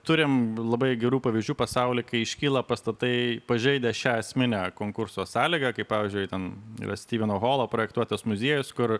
turim labai gerų pavyzdžių pasauly kai iškyla pastatai pažeidę šią esminę konkurso sąlygą kaip pavyzdžiui ten yra styveno holo projektuotas muziejus kur